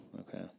Okay